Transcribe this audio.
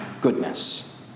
goodness